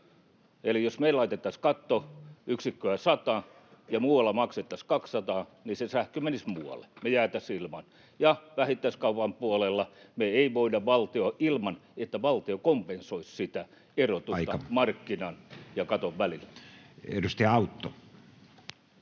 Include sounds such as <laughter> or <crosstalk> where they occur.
eli jos me laitettaisiin katto, 100 yksikköä, ja jos muualla maksettaisiin 200, se sähkö menisi muualle. <noise> Me jäätäisiin ilman. Ja vähittäiskaupan puolella me ei voida asettaa, ilman että valtio kompensoisi [Puhemies: Aika!] sitä erotusta markkinan ja katon välillä. Edustaja Autto.